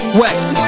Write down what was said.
west